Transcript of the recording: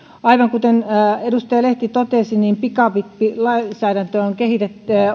aivan kuten edustaja lehti totesi pikavippilainsäädäntöä on kehitetty